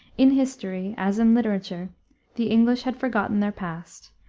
in history as in literature the english had forgotten their past,